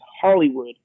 Hollywood